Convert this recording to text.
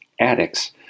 Addicts